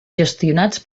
gestionats